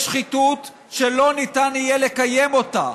יש שחיתות שלא ניתן יהיה לקיים אותה,